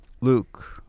Luke